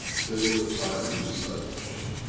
till the time we decide to change.